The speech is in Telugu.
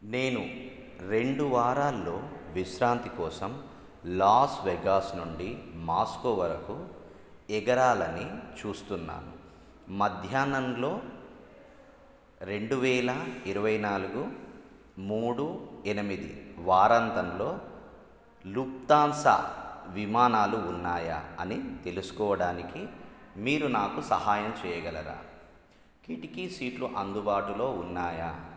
నేను రెండు వారాల్లో విశ్రాంతి కోసం లాస్ వెగాస్ నుండి మాస్కో వరకు ఎగరాలని చూస్తున్నాను మధ్యాహ్నంలో రెండు వేల ఇరవై నాలుగు మూడు ఎనిమిది వారాంతంలో లుఫ్తాన్సా విమానాలు ఉన్నాయా అని తెలుసుకోవడానికి మీరు నాకు సహాయం చేయగలరా కిటికీ సీట్లు అందుబాటులో ఉన్నాయా